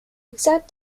exact